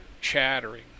chattering